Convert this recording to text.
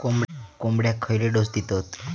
कोंबड्यांक खयले डोस दितत?